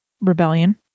Rebellion